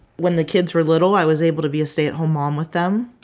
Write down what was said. when the kids were little, i was able to be a stay-at-home mom with them.